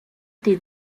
des